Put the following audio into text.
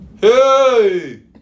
hey